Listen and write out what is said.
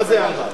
מה זה "על מה"?